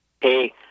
Hey